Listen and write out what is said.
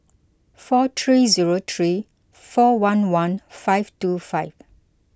four three zero three four one one five two five